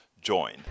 join